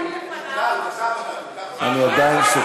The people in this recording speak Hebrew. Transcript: לא, אני גם,